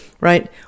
right